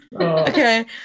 okay